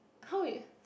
how you